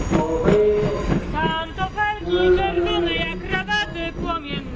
औ औ बै